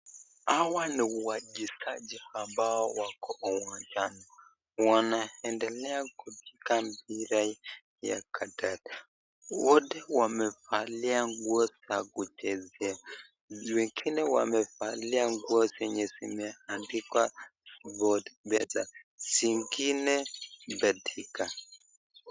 Hawa ni wachezaji ambao wako uwanjani, wanaendelea kucheza mpira wa kadanda, wote wamevalia nguo za kuchezea, wengine wamevalia nguo zenye zimeandikwa better , zingine betika.